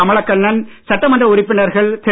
கமலகண்ணன் சட்டமன்ற உறுப்பினர்கள் திரு